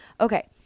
okay